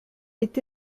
est